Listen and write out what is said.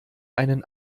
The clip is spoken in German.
einen